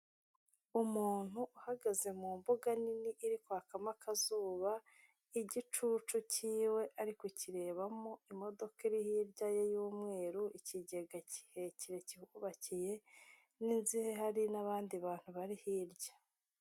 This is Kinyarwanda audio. Umuntu uhagaze mu mbuga nini iri kwakamo akazuba igicucu cyiwe ariko kirebamo, imodoka iri hirya ye y'umweru, ikigega kirekire cyubakiye n'inzu hari n'abandi bantu bari hirya.